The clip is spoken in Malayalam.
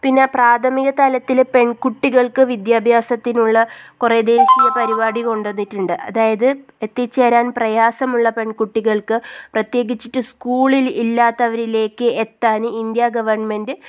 പിന്നെ പ്രാഥമിക തലത്തിൽ പെൺകുട്ടികൾക്ക് വിദ്യാഭ്യാസത്തിനുള്ള കുറേ ദേശീയ പരിപാടി കൊണ്ട് വന്നിട്ടുണ്ട് അതായത് എത്തിച്ചേരാൻ പ്രയാസമുള്ള പെൺകുട്ടികൾക്ക് പ്രത്യേകിച്ചിട്ട് സ്കൂളിൽ ഇല്ലാത്തവരിലേക്ക് എത്താൻ ഇന്ത്യാ ഗവണ്മെൻറ്റ്